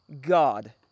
God